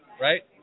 right